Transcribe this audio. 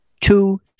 two